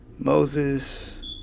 Moses